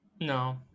No